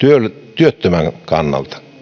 työttömän kannalta